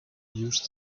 used